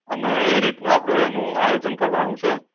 અને એ રીતનું આપણે એનું આયોજન કરવાનું છે